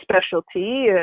specialty